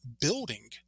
building